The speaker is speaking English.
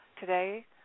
today